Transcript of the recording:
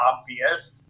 Obvious